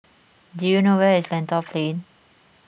do you know where is Lentor Plain